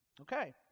Okay